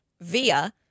via